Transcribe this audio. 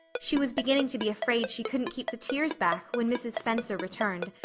she was beginning to be afraid she couldn't keep the tears back when mrs. spencer returned,